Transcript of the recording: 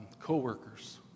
co-workers